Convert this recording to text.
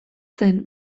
zen